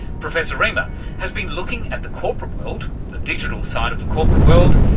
professor riemer has been looking at the corporate world, the digital side of the corporate world,